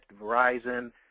Verizon